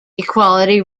equality